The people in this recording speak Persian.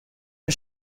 این